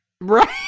Right